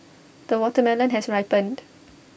the watermelon has ripened